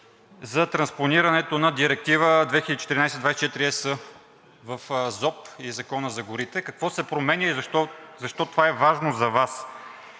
за транспонирането на Директива 2014/24 ЕС в ЗОП и Закона за горите. Какво се променя и защо това е важно за Вас